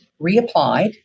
reapplied